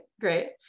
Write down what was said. Great